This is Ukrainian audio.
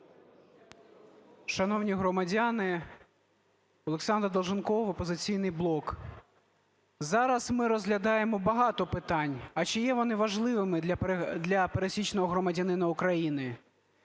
Шановні громадяни, ОлександрДолженков, "Опозиційний блок". Зараз ми розглядаємо багато питань, а чи є вони важливими для пересічного громадянина України?